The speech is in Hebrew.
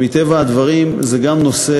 שמטבע הדברים זה נושא,